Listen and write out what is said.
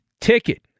ticket